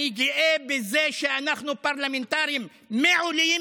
אני גאה בזה שאנחנו פרלמנטרים מעולים